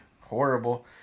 horrible